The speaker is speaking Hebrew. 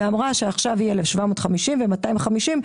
ואמרה שעכשיו המכסה היא 1,750 ו-250,